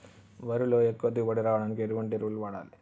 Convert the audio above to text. వరిలో ఎక్కువ దిగుబడి రావడానికి ఎటువంటి ఎరువులు వాడాలి?